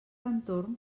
entorn